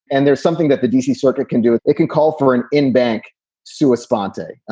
and there's something that the d c. circuit can do. it can call for an in bank sue a sponte.